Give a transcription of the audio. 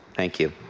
thank you.